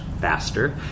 faster